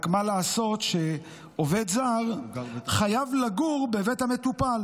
רק מה לעשות שעובד זר חייב לגור בבית המטופל?